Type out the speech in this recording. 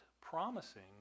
promising